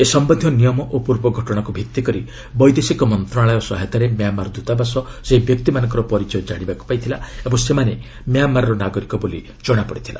ଏ ସମ୍ବନ୍ଧୀୟ ନିୟମ ଓ ପୂର୍ବ ଘଟଣାକୁ ଭିତ୍ତିକରି ବୈଦେଶିକ ମନ୍ତ୍ରଣାଳୟ ସହାୟତାରେ ମ୍ୟାମାର୍ ଦ୍ୱତାବାସ ସେହି ବ୍ୟକ୍ତିମାନଙ୍କର ପରିଚୟ ଜାଶିବାକୁ ପାଇଥିଲା ଓ ସେମାନେ ମ୍ୟାମାର୍ଚ ନାଗରିକ ବୋଲି ଜଣାପଡ଼ିଥିଲା